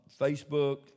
Facebook